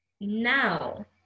now